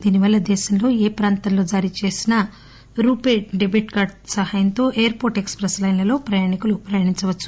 దీనివల్ల దేశంలో ఏ ప్రాంతంలో జారీచేసిన రూపే డెబిట్ కార్డు సహాయంతో ఎయిర్పోర్ట్ ఎక్స్వెస్ లైన్లలో ప్రయాణికులు ప్రయాణించవచ్చు